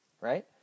right